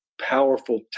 powerful